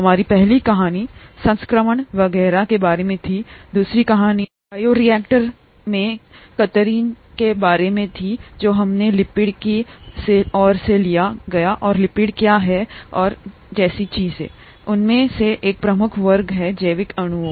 हमारी पहली कहानी संक्रमण वगैरह के बारे में थी दूसरी कहानी बायोरिएक्टरों में किन्नर के बारे में थी जो हमें लिपिड की ओर ले गया और लिपिड क्या हैं और जैसी चीजें हैं उनमें से एक प्रमुख वर्ग है जैविक अणुओं